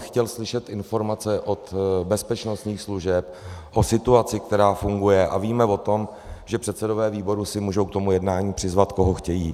Chtěl bych slyšet informace od bezpečnostních služeb o situaci, která funguje, a víme o tom, že předsedové výborů si můžou k tomu jednání přizvat, koho chtějí.